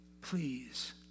please